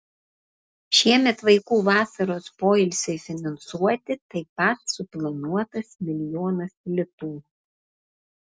šiemet vaikų vasaros poilsiui finansuoti taip pat suplanuotas milijonas litų